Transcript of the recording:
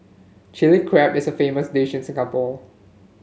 Chilli Crab is a famous dish in Singapore